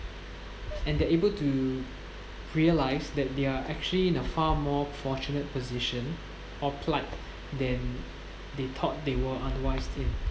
and they're able to realise that they are actually in a far more fortunate position or plight than they thought they were unwise in